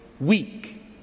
weak